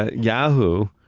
ah yahoo,